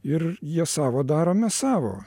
ir jie savo daro mes savo